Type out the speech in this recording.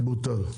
בוטל.